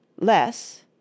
less